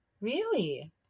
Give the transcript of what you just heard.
Really